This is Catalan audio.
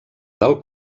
del